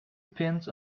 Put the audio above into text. pins